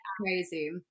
crazy